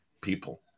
people